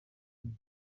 rimwe